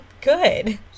good